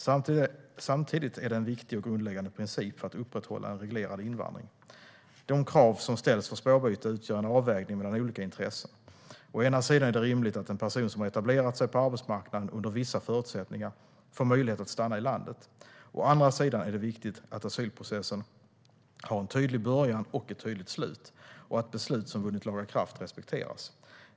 Samtidigt är det en viktig och grundläggande princip för att upprätthålla en reglerad invandring. De krav som ställs för spårbyte utgör en avvägning mellan olika intressen. Å ena sidan är det rimligt att en person som har etablerat sig på arbetsmarknaden under vissa förutsättningar får möjlighet att stanna i landet. Å andra sidan är det viktigt att asylprocessen har en tydlig början och ett tydligt slut och att beslut som vunnit laga kraft respekteras.